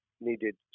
needed